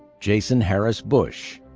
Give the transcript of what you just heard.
jason harris bush.